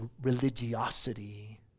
religiosity